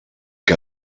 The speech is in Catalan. que